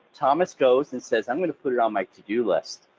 thomas goes and says, i'm going to put it on my to-do list.